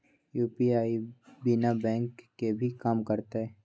UPI बिना bank के भी कम करतै?